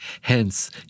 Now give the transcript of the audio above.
hence